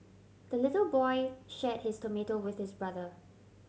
the little boy share his tomato with his brother